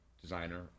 designer